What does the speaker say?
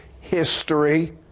history